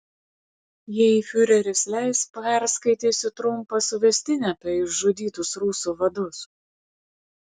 jei fiureris leis perskaitysiu trumpą suvestinę apie išžudytus rusų vadus